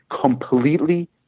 completely